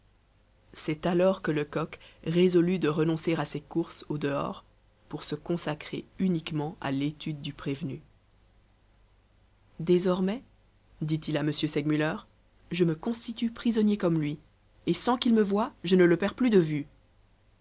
c'est alors que lecoq résolut de renoncer à ses courses au dehors pour se consacrer uniquement à l'étude du prévenu désormais dit-il à m segmuller je me constitue prisonnier comme lui et sans qu'il me voie je ne le perds plus de vue